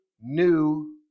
new